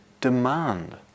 demand